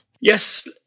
Yes